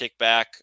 kickback